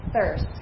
thirst